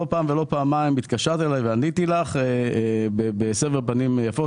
לא פעם ולא פעמיים התקשרת אליי ועניתי לך בסבר פנים יפות.